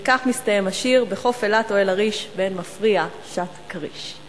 וכך מסתיים השיר: "בחוף אילת או אל-עריש / באין מפריע שט כריש".